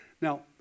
Now